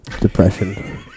depression